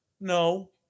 No